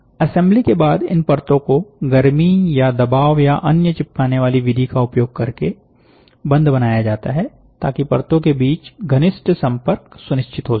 assembly के बाद इन परतों को गर्मी और दबाव या अन्य चिपकाने वाली विधि का उपयोग करके बंध बनाया जाता है ताकि परतों के बीच घनिष्ठ संपर्क सुनिश्चित हो सके